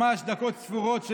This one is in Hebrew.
ממש בדקות ספורות: